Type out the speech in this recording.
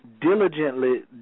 diligently